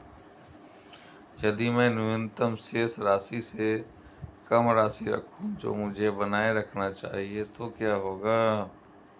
यदि मैं न्यूनतम शेष राशि से कम राशि रखूं जो मुझे बनाए रखना चाहिए तो क्या होगा?